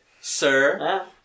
sir